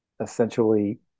essentially